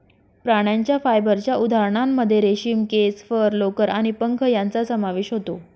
प्राण्यांच्या फायबरच्या उदाहरणांमध्ये रेशीम, केस, फर, लोकर आणि पंख यांचा समावेश होतो